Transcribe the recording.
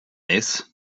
this